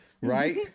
right